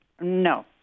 no